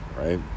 right